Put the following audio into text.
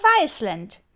Iceland